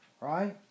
right